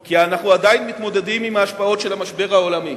כי אנחנו עדיין מתמודדים עם ההשפעות של המשבר העולמי.